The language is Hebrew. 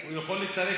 הוא יכול לצרף.